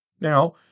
Now